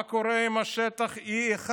מה קורה עם השטח E1?